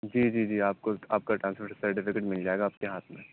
جی جی جی آپ کو آپ کا ٹرانسفر سرٹیفکیٹ مل جائے گا آپ کے ہاتھ میں